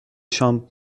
شام